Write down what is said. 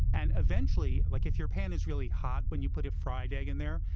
and eventually, like if your pan is really hot when you put a fried egg in there,